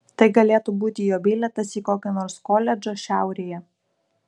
tai galėtų būti jo bilietas į kokį nors koledžą šiaurėje